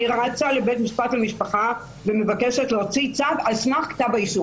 אני רצה לבית משפט למשפחה ומבקשת להוציא צו על סמך כתב האישום.